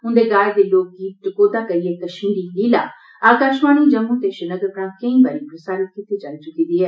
उन्दे गाए दे लोकगीत टकोह्दा करि कश्मीरी लीला आकाशवाणी जम्मू ते श्रीनगर परा केंई बारी प्रसारत कीती जाई चुकी दी ऐ